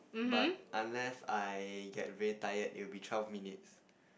but unless I get very tired it will be twelve minutes